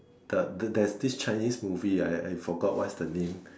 the there there's this Chinese movie I I forgot what is the name